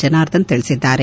ಜನಾರ್ಧನ್ ತಿಳಿಸಿದ್ದಾರೆ